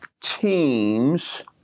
teams